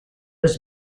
was